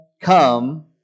Come